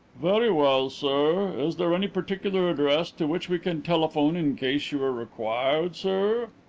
very well, sir. is there any particular address to which we can telephone in case you are required, sir?